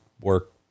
work